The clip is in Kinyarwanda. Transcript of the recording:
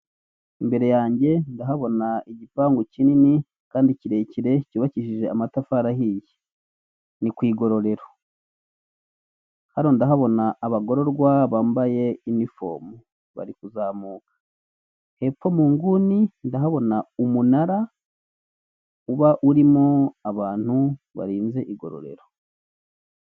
Imbere yange ndahabona igipangu kinini kandi kirekire cyubakishije amatafari ahiye. Ni ku igororero. Hano ndahabona abagororwa bambaye inifomu bari kuzamuka. Hepfo mu nguni ndahabona umunara uba urimo abantu barinze igororero.